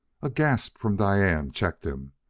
a gasp from diane checked him.